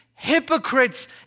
Hypocrites